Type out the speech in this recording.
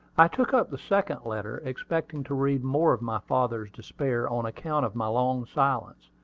i took up the second letter, expecting to read more of my father's despair on account of my long silence.